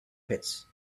pits